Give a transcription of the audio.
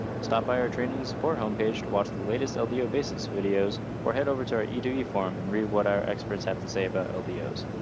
stop by our training and support home page to watch the latest ldo basics videos. or head over to our e two e forum and read what our experts have to say about ldos.